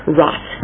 rot